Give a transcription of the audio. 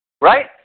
Right